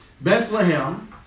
Bethlehem